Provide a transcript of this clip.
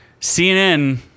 CNN